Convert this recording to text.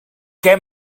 què